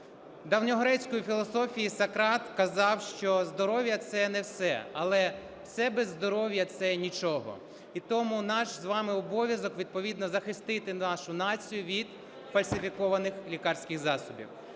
давньогрецької філософії Сократ казав, що здоров'я – це не все, але все без здоров'я – це нічого. І тому наш з вами обов'язок відповідно захистити нашу націю від фальсифікованих лікарських засобів.